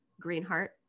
Greenheart